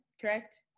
correct